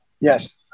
Yes